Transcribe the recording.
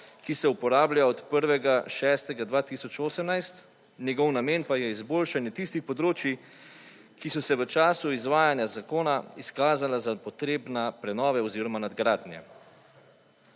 ki se uporablja od 1. 6. 2018, njegov namen pa je izboljšanje tistih področij, ki so se v času izvajanja zakona izkazale za potrebna prenove oziroma nadgradnje.